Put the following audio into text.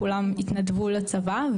כולם התנדבו לצבא,